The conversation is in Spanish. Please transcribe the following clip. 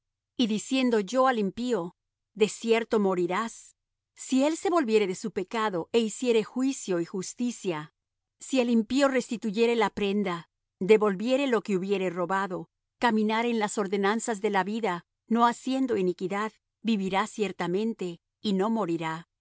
y diciendo yo al impío de cierto morirás si él se volviere de su pecado é hiciere juicio y justicia si el impío restituyere la prenda devolviere lo que hubiere robado caminare en las ordenanzas de la vida no haciendo iniquidad vivirá ciertamente y no morirá no